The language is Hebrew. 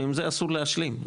ועם זה אסור להשלים.